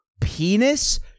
penis